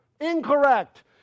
Incorrect